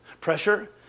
Pressure